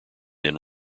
then